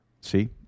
see